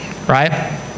Right